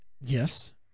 Yes